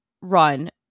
run